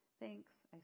Thanks